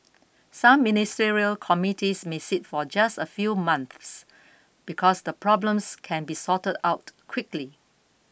some Ministerial committees may sit for just a few months because the problems can be sorted out quickly